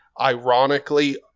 ironically